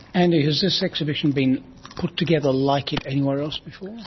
andy, has this exhibition been put together like it anywhere else before? yeah